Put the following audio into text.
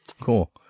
Cool